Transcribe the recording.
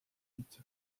hitza